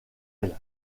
elles